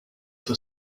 for